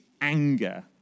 anger